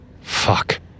Fuck